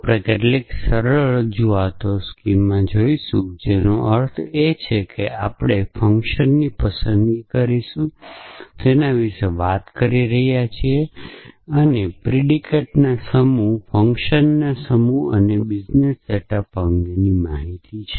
આપણે કેટલીક સરળ રજૂઆત સ્કીમા જોઈશું જેનો અર્થ એ છે કે આપણે ફંક્શન્સની પસંદગી કરીશું તેના વિશે વાત કરી રહ્યા છીએ પ્રિડિકેટના સમૂહ ફંકશનના સમૂહ અને બિઝનેસ સેટ અપ અંગેની માહિતી છે